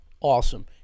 awesome